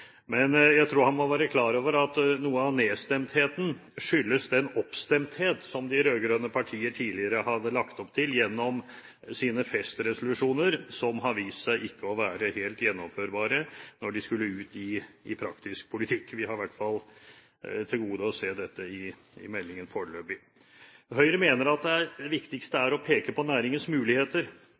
Men jeg tror han må være klar over at noe av nedstemtheten skyldes den oppstemthet som de rød-grønne partier tidligere hadde lagt opp til gjennom sine festresolusjoner, som har vist seg ikke å være helt gjennomførbare når de skulle ut i praktisk politikk. Vi har i hvert fall til gode å se dette i meldingen foreløpig. Høyre mener at det viktigste er å peke på næringens muligheter